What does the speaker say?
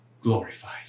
glorified